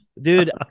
dude